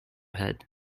head